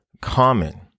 common